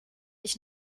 ich